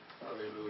Hallelujah